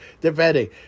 depending